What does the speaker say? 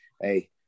Hey